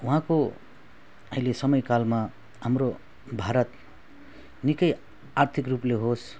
उहाँको अहिले समय कालमा हाम्रो भारत निकै आर्थिक रूपले होस्